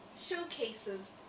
showcases